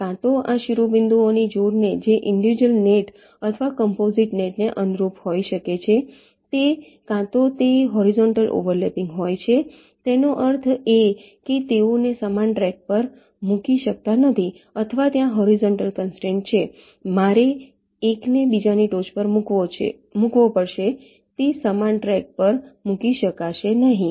કાં તો આ શિરોબિંદુઓની જોડ જે ઈંડિવિડૂયલ નેટ અથવા કોમ્પોસીટ નેટને અનુરૂપ હોઈ શકે છે તે કાં તો તે હોરીઝોન્ટલી ઓવર લેપિંગ હોય છે તેનો અર્થ એ કે તેઓને સમાન ટ્રેક પર મૂકી શકાતા નથી અથવા ત્યાં હોરીઝોન્ટલ કન્સ્ટ્રેંટ છે મારે એકને બીજાની ટોચ પર મૂકવો પડશે તે સમાન ટ્રેક પર મૂકી શકાશે નહીં